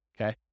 okay